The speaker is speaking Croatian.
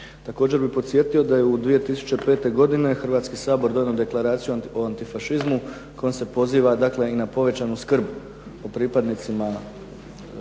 Također bih podsjetio da je u 2005. godine Hrvatski sabor donio Deklaraciju o antifašizmu, kojom se poziva na povećanu skrb pripadnicima o